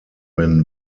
when